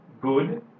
good